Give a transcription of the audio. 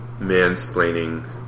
mansplaining